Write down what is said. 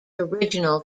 original